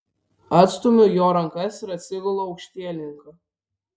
atstumiu jo rankas ir atsigulu aukštielninka